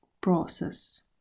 process